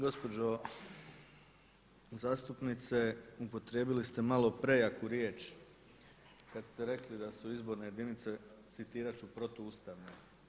Gospođo zastupnice, upotrijebili ste malo prejaku riječ kad ste rekli da su izborne jedinice citirat ću protu ustavne.